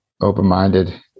Open-minded